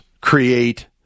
create